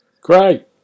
Great